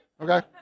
okay